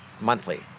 monthly